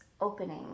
opening